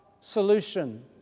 solution